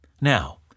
Now